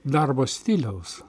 darbo stiliaus